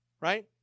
Right